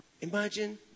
imagine